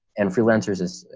and freelancers is